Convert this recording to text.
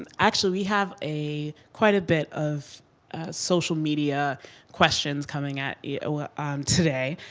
and actually, we have a, quite a bit of social media questions coming at you today,